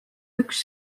üks